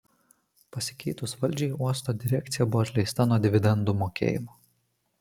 pasikeitus valdžiai uosto direkcija buvo atleista nuo dividendų mokėjimo